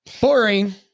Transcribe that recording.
Boring